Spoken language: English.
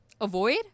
avoid